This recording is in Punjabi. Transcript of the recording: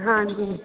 ਹਾਂਜੀ